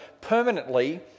permanently